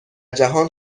جهان